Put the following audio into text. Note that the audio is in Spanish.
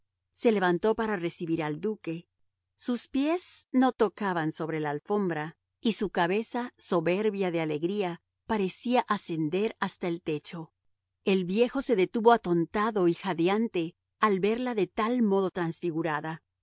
se levantó para recibir al duque sus pies no tocaban sobre la alfombra y su cabeza soberbia de alegría parecía ascender hasta el techo el viejo se detuvo atontado y jadeante al verla de tal modo transfigurada